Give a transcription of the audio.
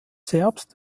zerbst